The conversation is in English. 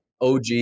OG